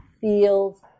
feels